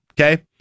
Okay